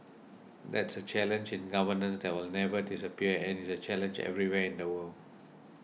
that's a challenge in governance that will never disappear and is a challenge everywhere in the world